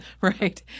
right